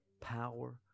power